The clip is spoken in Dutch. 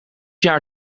jaar